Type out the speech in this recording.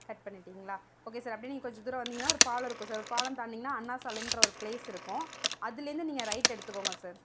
cut பண்ணிவிட்டிங்களா okay sir அப்படியே நீங்கள் கொஞ்சம் தூரம் வந்தீங்கனா ஒரு பாலம் இருக்கும் சார் ஒரு பாலம் தாண்டினிங்னா அண்ணா சாலைகிற ஒரு ப்ளேஸ் இருக்கும் அதிலேந்து நீங்கள் ரைட் எடுத்துக்கோங்க சார்